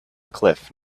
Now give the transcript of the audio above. cliff